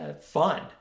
fun